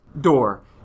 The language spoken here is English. door